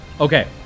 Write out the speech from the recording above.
Okay